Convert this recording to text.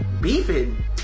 beefing